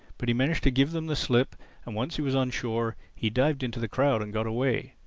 but he managed to give them the slip and once he was on shore, he dived into the crowd and got away.